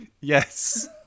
Yes